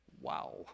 Wow